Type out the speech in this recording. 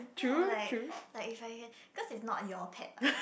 ya like like like cause it's not your pet what